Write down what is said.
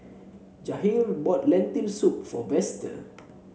Jahir bought Lentil Soup for Vester